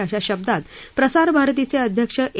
अशा शब्दात प्रसार भारतीचे अध्यक्ष ए